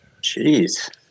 Jeez